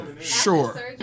Sure